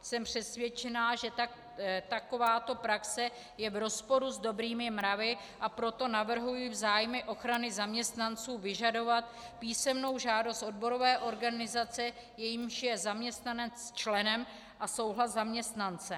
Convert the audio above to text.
Jsem přesvědčená, že takováto praxe je v rozporu s dobrými mravy, a proto navrhuji v zájmu ochrany zaměstnanců vyžadovat písemnou žádost odborové organizace, jejímž je zaměstnanec členem, a souhlas zaměstnance.